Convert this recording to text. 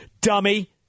dummy